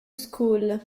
school